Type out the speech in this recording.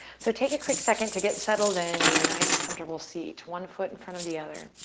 so take a quick second to get settled in in a nice comfortable seat, one foot in front of the other.